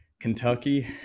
Kentucky –